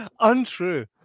Untrue